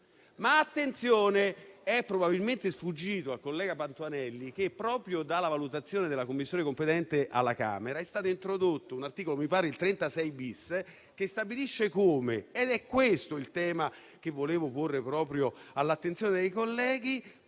ma attenzione: è probabilmente sfuggito al collega Patuanelli che proprio dalla valutazione della Commissione competente alla Camera è stato introdotto l'articolo 36-*bis*, che stabilisce che - ed è questo il tema che volevo porre all'attenzione dei colleghi